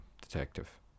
Detective